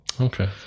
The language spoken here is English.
Okay